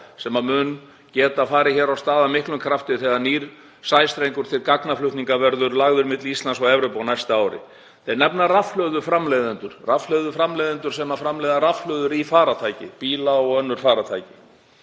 sem mun geta farið af stað af miklum krafti þegar nýr sæstrengur til gagnaflutninga verður lagður milli Íslands og Evrópu á næsta ári. Þeir nefna rafhlöðuframleiðendur sem framleiða rafhlöður í bíla og önnur farartæki.